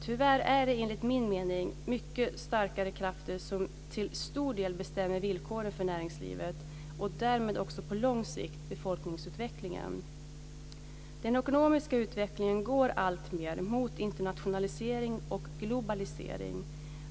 Tyvärr är det, enligt min mening, mycket starkare krafter som till stor del bestämmer villkoren för näringslivet och därmed också på lång sikt befolkningsutvecklingen. Den ekonomiska utvecklingen går alltmer mot internationalisering och globalisering.